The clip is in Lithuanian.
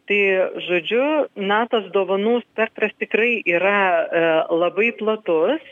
tai žodžiu na tas dovanų spektras tikrai yra labai platus